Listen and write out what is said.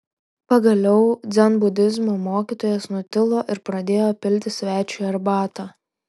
pagaliau dzenbudizmo mokytojas nutilo ir pradėjo pilti svečiui arbatą